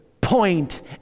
point